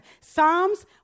Psalms